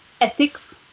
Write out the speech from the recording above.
ethics